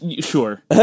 Sure